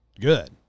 good